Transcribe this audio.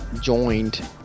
joined